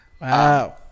Wow